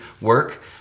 work